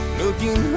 looking